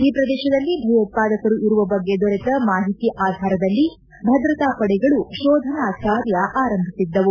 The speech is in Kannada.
ಈ ಪ್ರದೇಶದಲ್ಲಿ ಭಯೋತ್ವಾದಕರು ಇರುವ ಬಗ್ಗೆ ದೊರೆತ ಮಾಹಿತಿ ಆಧಾರದಲ್ಲಿ ಭದ್ರತಾಪಡೆಗಳು ಶೋಧನಾ ಕಾರ್ಯ ಆರಂಭಿಸಿದ್ದವು